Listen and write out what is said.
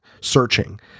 searching